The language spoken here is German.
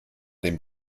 dem